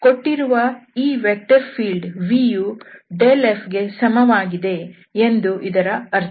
ಕೊಟ್ಟಿರುವ ಈ vector field V U fಗೆ ಸಮವಾಗಿದೆ ಎಂಬುದು ಇದರ ಅರ್ಥ